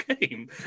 game